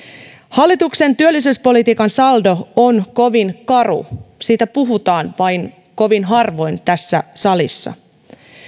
hallituksen työllisyyspolitiikan saldo on kovin karu siitä puhutaan vain kovin harvoin tässä salissa